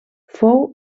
fou